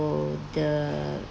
the